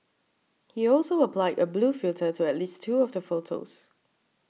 he also applied a blue filter to at least two of the photos